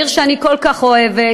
בעיר שאני כל כך אוהבת